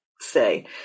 say